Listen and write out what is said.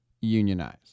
unionize